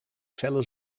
felle